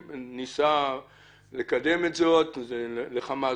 אני איה גורצקי,